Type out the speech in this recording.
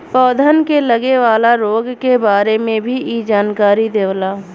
पौधन के लगे वाला रोग के बारे में भी इ जानकारी देवला